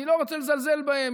אני לא רוצה לזלזל בהם,